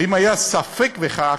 ואם היה ספק בכך,